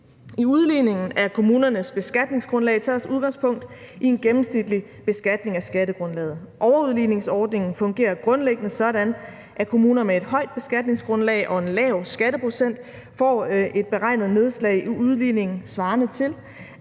I udligningen af kommunernes beskatningsgrundlag tages udgangspunkt i en gennemsnitlig beskatning af skattegrundlaget. Overudligningsordningen fungerer grundlæggende sådan, at kommuner med et højt beskatningsgrundlag og en lav skatteprocent får et beregnet nedslag i udligning svarende til,